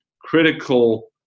critical